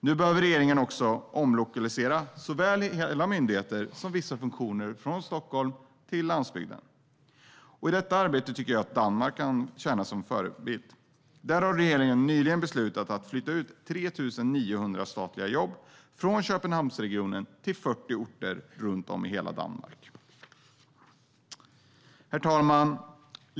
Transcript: Nu behöver regeringen också omlokalisera såväl hela myndigheter som vissa funktioner från Stockholm till landsbygden. I detta arbete kan Danmark tjäna som förebild. Där har regeringen nyligen beslutat att flytta ut 3 900 statliga jobb från Köpenhamnsregionen till 40 orter runt om i hela Danmark. Herr talman!